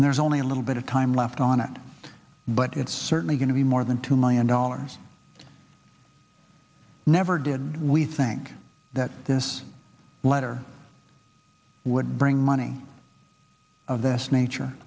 and there's only a little bit of time left on it but it's certainly going to be more than two million dollars never did we think that this letter would bring money of this nature